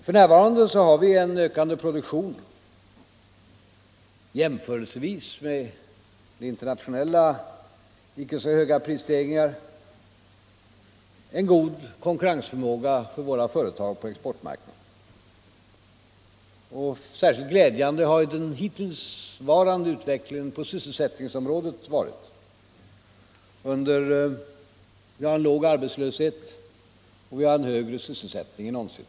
För närvarande har vi en ökande produktion, mindre prisstegringar Nr 134 än på andra håll i världen och en god konkurrensförmåga för våra företag Onsdagen den på exportmarknaden. Särskilt glädjande har den hittillsvarande utveck 4 december 1974 lingen på sysselsättningsområdet varit. Vi har en låg arbetslöshet och en högre sysselsättning än någonsin.